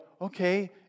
okay